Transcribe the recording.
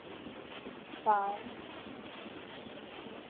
बाएँ